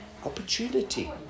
Opportunity